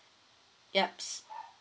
yups